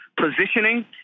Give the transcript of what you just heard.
positioning